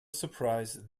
surprise